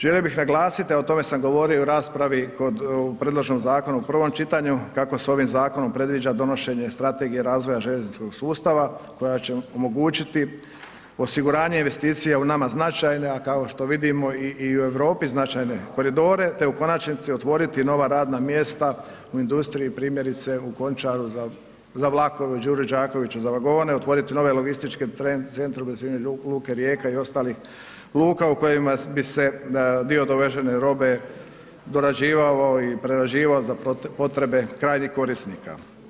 Želio bih naglasiti, a o tome sam govorio i u raspravi kod predloženog zakona u prvom čitanju, kako se ovim zakonom predviđa donošenje strategije razvoja željezničkog sustava koja će omogućiti osiguranje investicija u nama značajne, a kao što vidimo i u Europi, značajne koridore te u konačnici otvoriti nova radna mjesta u industriji, primjerice u Končaru za vlakove, u Đuri Đakoviću za vagone, otvoriti nove logističke centre u blizini luke Rijeka i ostalih luka u kojima bi se dio dovezene robe dorađivao i prerađivao za potrebe krajnjih korisnika.